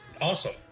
Awesome